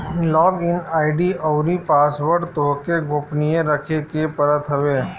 log in ID अउरी password तोहके गोपनीय रखे के पड़त हवे